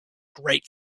great